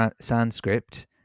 Sanskrit